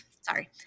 sorry